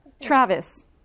Travis